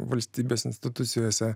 valstybės institucijose